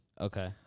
Okay